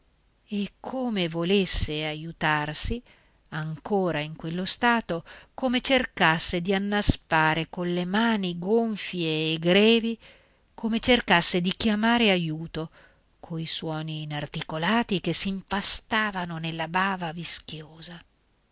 e come volesse aiutarsi ancora in quello stato come cercasse di annaspare colle mani gonfie e grevi come cercasse di chiamare aiuto coi suoni inarticolati che s'impastavano nella bava vischiosa